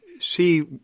see